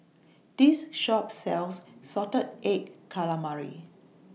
This Shop sells Salted Egg Calamari